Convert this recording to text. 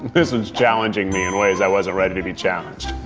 this one's challenging me in ways i wasn't ready to be challenged.